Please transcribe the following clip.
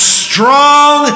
strong